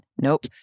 Nope